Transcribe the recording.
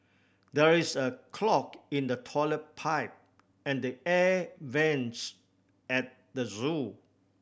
there is a clog in the toilet pipe and the air vents at the zoo